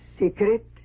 Secret